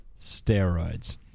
Steroids